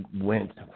went